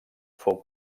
fou